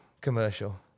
commercial